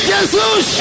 Jesus